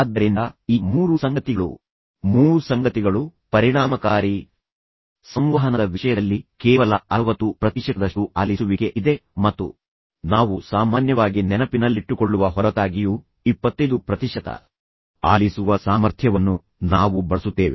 ಆದ್ದರಿಂದ ಈ ಮೂರು ಸಂಗತಿಗಳು ಪರಿಣಾಮಕಾರಿ ಸಂವಹನದ ವಿಷಯದಲ್ಲಿ ಕೇವಲ 60 ಪ್ರತಿಶತದಷ್ಟು ಆಲಿಸುವಿಕೆ ಇದೆ ಆದರೆ ಯಾವುದೇ ಪರಿಣಾಮಕಾರಿ ಸಂವಹನದಲ್ಲಿ 60 ಪ್ರತಿಶತದಷ್ಟು ಅಗತ್ಯವಿದೆ ಮತ್ತು ನಾವು ಸಾಮಾನ್ಯವಾಗಿ ನೆನಪಿನಲ್ಲಿಟ್ಟುಕೊಳ್ಳುವ ಹೊರತಾಗಿಯೂ 25 ಪ್ರತಿಶತ ಆಲಿಸುವ ಸಾಮರ್ಥ್ಯವನ್ನು ನಾವು ಬಳಸುತ್ತೇವೆ